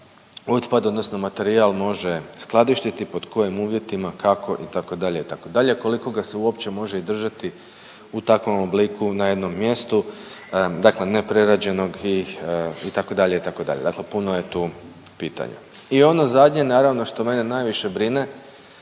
otpad odnosno materijal može skladištiti i pod kojim uvjetima, kako itd., itd., koliko ga se uopće može i držati u takvom obliku na jednom mjestu dakle neprerađenog itd., itd. dakle puno je tu pitanja. I ono zadnje naravno što mene najviše brine